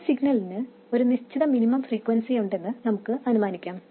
ഈ സിഗ്നലിന് ഒരു നിശ്ചിത മിനിമം ഫ്രീക്വെൻസി ഉണ്ടെന്ന് നമുക്ക് അനുമാനിക്കാം